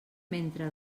mentre